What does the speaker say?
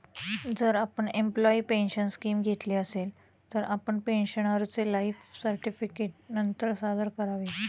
जर आपण employee pension scheme घेतली असेल, तर आपण पेन्शनरचे लाइफ सर्टिफिकेट नंतर सादर करावे